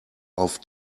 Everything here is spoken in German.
auf